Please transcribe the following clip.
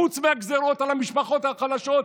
חוץ מהגזרות על המשפחות החלשות,